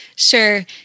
Sure